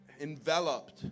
enveloped